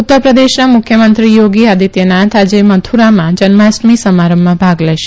ઉત્તર પ્રદેશના મુખ્યમંત્રી યોગી આદિત્યનાથ આજે મથુરામાં જન્માષ્ટમી સમારંભમાં ભાગ લેશે